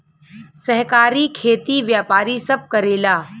सहकारी खेती व्यापारी सब करेला